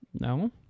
No